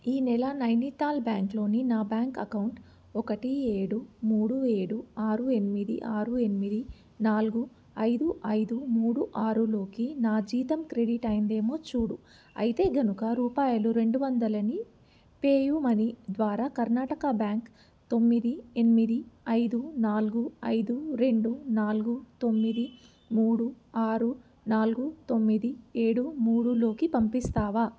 ఈ నెల నైనితాల్ బ్యాంక్లోని నా బ్యాంక్ అకౌంటు ఒకటి ఏడు మూడు ఏడు ఆరు ఎనిమిది ఆరు ఎనిమిది నాలుగు ఐదు ఐదు మూడు ఆరులోకి నా జీతం క్రెడిట్ అయ్యిందేమో చూడు అయితే కనుక రూపాయలు రెండువందలని పేయూ మనీ ద్వారా కర్ణాటక బ్యాంక్ తొమ్మిది ఎనిమిది ఐదు నాలుగు ఐదు రెండు నాలుగు తొమ్మిది మూడు ఆరు నాలుగు తొమ్మిది ఏడు మూడులోకి పంపిస్తావా